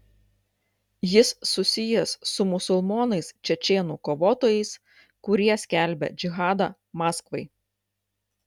jis susijęs su musulmonais čečėnų kovotojais kurie skelbia džihadą maskvai